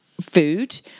food